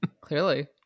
Clearly